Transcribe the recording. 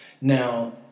Now